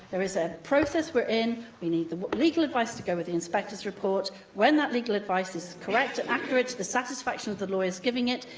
there is a process we're in. we need the legal advice to go with the inspector's report. when that legal advice is correct and accurate to the satisfaction of the lawyers giving it,